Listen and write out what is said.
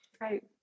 Right